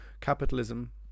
capitalism